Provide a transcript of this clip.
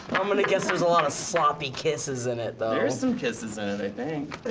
i'm gonna guess there's a lot of sloppy kisses in it, though. there's some kisses in it, i think?